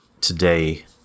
today